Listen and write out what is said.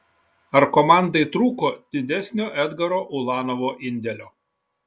ar komandai trūko didesnio edgaro ulanovo indėlio